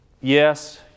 yes